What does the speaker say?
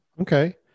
Okay